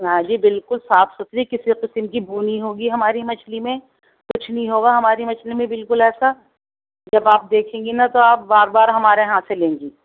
ہاں جی بالکل صاف ستھری کسی قسم کی بو نہیں ہوگی ہماری مچھلی میں کچھ نہیں ہوگا ہماری مچھلی میں بلکل ایسا جب آپ دیکھیں گی نا تو آپ بار بار ہمارے یہاں سے لیں گی